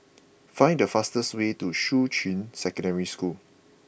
find the fastest way to Shuqun Secondary School